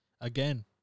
Again